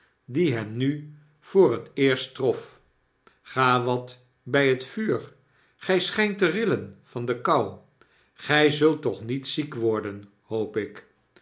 die hem nu voor het eerst trof ga wat bij het vuur gg schijnt te rillen van de kou gij zult toch niet ziek worden hoop ik